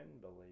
believe